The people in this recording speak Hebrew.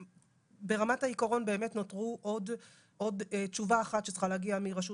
ברמת העיקרון באמת נותרה עוד תשובה אחת שצריכה להגיע מרשות